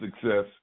success